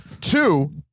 Two